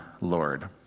Lord